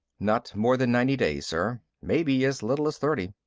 not more than ninety days, sir. maybe as little as thirty.